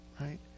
Right